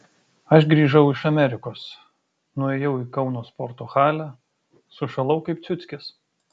aš grįžau iš amerikos nuėjau į kauno sporto halę sušalau kaip ciuckis